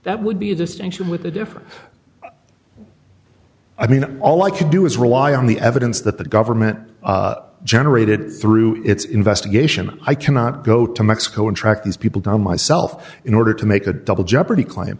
that would be a distinction with a difference i mean all i can do is rely on the evidence that the government generated through its investigation i cannot go to mexico and track these people down myself in order to make a double jeopardy claim